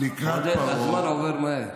עודד, הזמן עובר מהר.